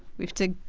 we have to.